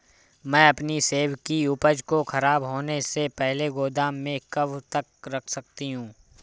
मैं अपनी सेब की उपज को ख़राब होने से पहले गोदाम में कब तक रख सकती हूँ?